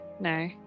no